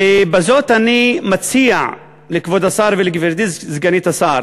בזאת אני מציע לכבוד השר ולגברתי סגנית השר